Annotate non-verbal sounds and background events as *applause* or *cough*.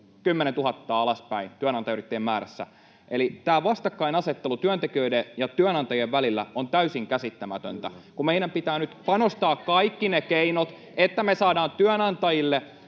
10 000 alaspäin työnantajayrittäjien määrässä. Eli tämä vastakkainasettelu työntekijöiden ja työnantajien välillä on täysin käsittämätöntä, *noise* kun meidän pitää nyt panostaa kaikki keinot, että me saadaan työnantajille